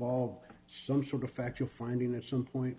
e some sort of fact to finding that some point